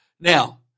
Now